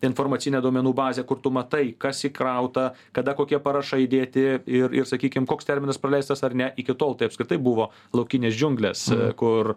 informacinė duomenų bazė kur tu matai kas įkrauta kada kokie parašai dėti ir ir sakykim koks terminas praleistas ar ne iki tol tai apskritai buvo laukinės džiunglės kur